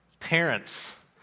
Parents